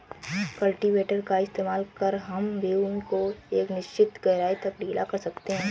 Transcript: cultivator का इस्तेमाल कर हम भूमि को एक निश्चित गहराई तक ढीला कर सकते हैं